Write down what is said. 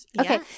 Okay